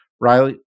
Riley